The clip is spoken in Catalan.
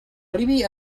arribi